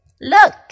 Look